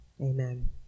Amen